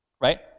right